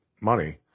money